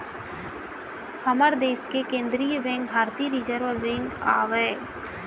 हमर देस के केंद्रीय बेंक भारतीय रिर्जव बेंक आवय